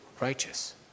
righteous